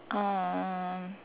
um